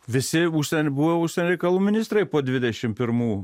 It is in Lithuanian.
visi užsienio buvę užsienio reikalų ministrai po dvidešim pirmų